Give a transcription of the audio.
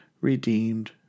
Redeemed